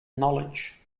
knowledge